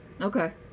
okay